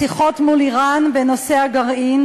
השיחות מול איראן בנושא הגרעין,